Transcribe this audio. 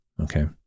okay